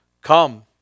Come